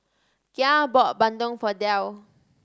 Gia bought bandung for Dale